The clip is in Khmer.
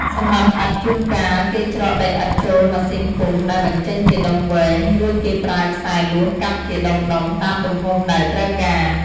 សម្រាប់ឥដ្ឋ ជួនកាលគេច្រកដីឥដ្ឋចូលម៉ាស៊ីនពុម្ពដែលបញ្ចេញជាដុំវែង រួចគេប្រើខ្សែលួសកាត់ជាដុំៗតាមទំហំដែលត្រូវការ។